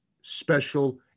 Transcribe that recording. special